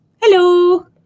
Hello